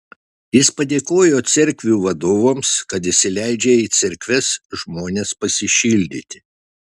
jis padėkojo cerkvių vadovams kad įsileidžia į cerkves žmones pasišildyti